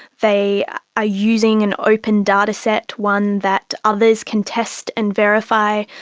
they are using an open dataset, one that others can test and verify.